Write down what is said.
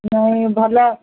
ନାଇଁ ଭଲ